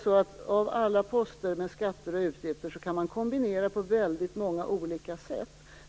Men alla poster med skatter och utgifter kan man kombinera på väldigt många olika sätt.